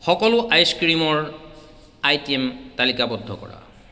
সকলো আইচ ক্ৰীমৰ আইটে'ম তালিকাবদ্ধ কৰা